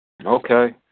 Okay